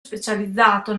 specializzato